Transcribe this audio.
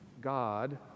God